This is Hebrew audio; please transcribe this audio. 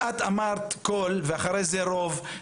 את אמרת כל, ואחרי זה רוב.